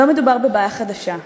לא מדובר בבעיה חדשה,